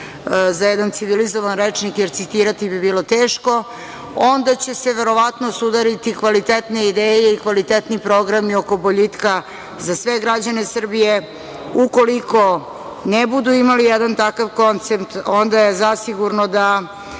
za jedan civilizovan rečnik, jer citirati bi bilo teško, onda će se, verovatno, sudariti kvalitetne ideje i kvalitetni programi oko boljitka za sve građane Srbije. Ukoliko ne budu imali jedan takav koncept, onda je zasigurno da